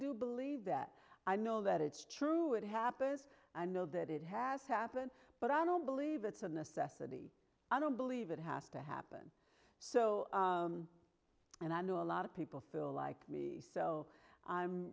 do believe that i know that it's true it happens i know that it has happened but i don't believe it's a necessity i don't believe it has to happen and i know a lot of people feel like me